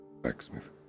Blacksmith